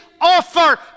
offer